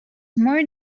more